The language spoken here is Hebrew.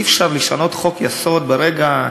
אי-אפשר לשנות חוק-יסוד ברגע.